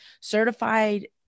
certified